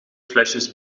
flesjes